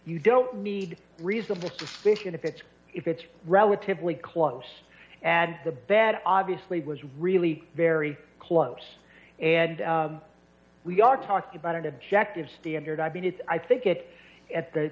you don't need reasonable suspicion if it's if it's relatively close and the bed obviously was really very close and we are talking about an objective standard i mean it's i think it's at the